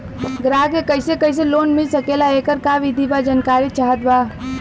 ग्राहक के कैसे कैसे लोन मिल सकेला येकर का विधि बा जानकारी चाहत बा?